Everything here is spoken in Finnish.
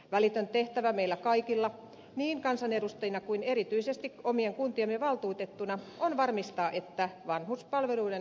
välitön tehtävä meillä kaikilla niin kansanedustajina kuin erityisesti omien kuntiemme valtuutettuina on varmistaa että vanhuspalveluiden laatu turvataan